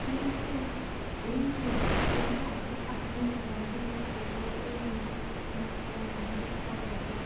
কিন্তু এই এই আধুনিক যান্ত্ৰিকৰ যুগৰ এই ব্যৱসায়খনৰপৰা মানুহবিলাকৰ বহুত